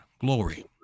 Glory